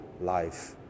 life